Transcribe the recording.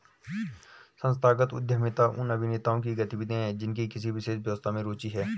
संस्थागत उद्यमिता उन अभिनेताओं की गतिविधियाँ हैं जिनकी किसी विशेष व्यवस्था में रुचि है